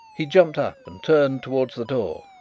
he jumped up and turned towards the door.